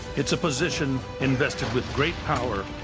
it's a position invested with great power,